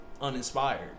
uninspired